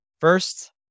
first